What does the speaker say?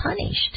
punished